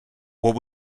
what